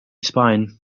sbaen